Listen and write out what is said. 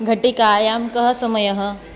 घटिकायां कः समयः